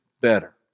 better